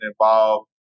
involved